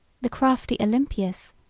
the crafty olympius,